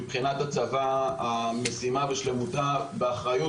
מבחינת הצבא המשימה בשלמותה באחריות